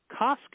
Costco